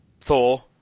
Thor